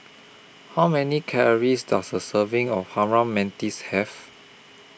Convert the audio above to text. How Many Calories Does A Serving of Harum Manis Have